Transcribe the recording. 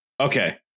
okay